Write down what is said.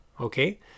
Okay